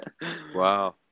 Wow